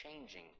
changing